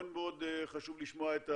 מאוד חשוב לשמוע את הדברים.